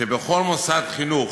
שבכל מוסד חינוך,